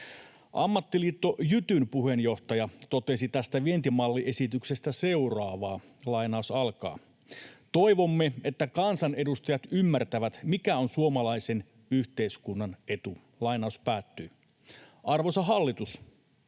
Ammattiliitto Jytyn puheenjohtaja totesi tästä vientimalliesityksestä seuraavaa: ”Toivomme, että kansanedustajat ymmärtävät, mikä on suomalaisen yhteiskunnan etu.” Arvoisa hallitus,